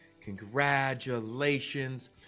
Congratulations